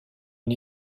une